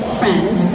friends